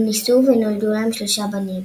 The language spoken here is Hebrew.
הם נישאו ונולדו להם שלושה בנים.